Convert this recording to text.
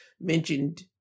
mentioned